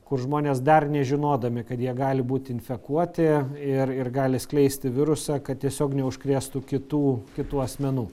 kur žmonės dar nežinodami kad jie gali būti infekuoti ir ir gali skleisti virusą kad tiesiog neužkrėstų kitų kitų asmenų